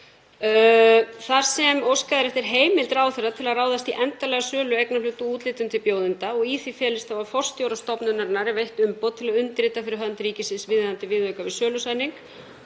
þar sem óskað er eftir heimild ráðherra til að ráðast í endanlega sölu eignarhluta og úthlutun til bjóðenda og í því felist þá að forstjóra stofnunarinnar er veitt umboð til að undirrita fyrir hönd ríkisins viðeigandi viðauka við sölusamning